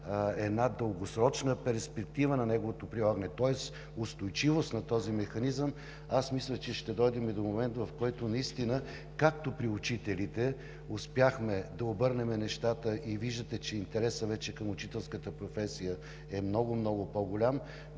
една дългосрочна перспектива на неговото прилагане, тоест устойчивост на този механизъм, аз мисля, че ще дойдем до момент, в който наистина, както при учителите, успяхме да обърнем нещата и виждате, че интересът вече към учителската професия е много, много по-голям,